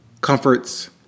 comforts